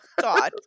God